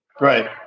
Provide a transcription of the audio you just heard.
Right